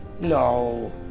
No